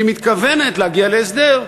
שהיא מתכוונת להגיע להסדר,